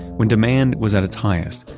when demand was at its highest,